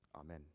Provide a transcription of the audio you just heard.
Amen